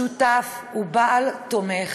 שותף ובעל תומך,